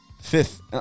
fifth